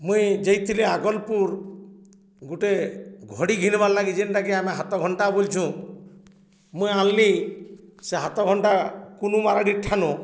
ମୁଇଁ ଯାଇଥିଲି ଆଗଲ୍ପୁର୍ ଗୁଟେ ଘଡ଼ି ଘିନ୍ବାର୍ ଲାଗି ଯେନ୍ଟାକି ଆମେ ହାତ ଘଣ୍ଟା ବଲୁଚୁଁ ମୁଇଁ ଆନ୍ଲି ସେ ହାତଘଣ୍ଟା କୁନୁ ମାରାଡ଼ି ଠାନୁ